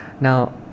Now